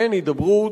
אין הידברות,